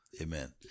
Amen